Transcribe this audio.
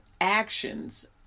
actions